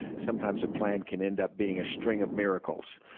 sometimes a plan can end up being a string of miracles.